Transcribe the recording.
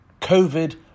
Covid